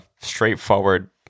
straightforward